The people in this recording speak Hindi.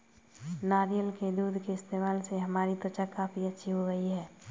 नारियल के दूध के इस्तेमाल से हमारी त्वचा काफी अच्छी हो गई है